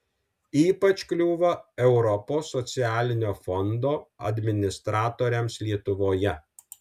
ypač kliūva europos socialinio fondo administratoriams lietuvoje